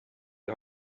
die